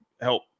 help